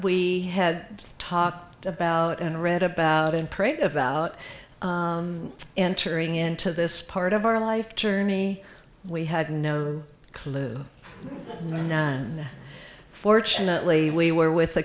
we had talked about and read about and prayed about entering into this part of our life journey we had no clue and fortunately we were with a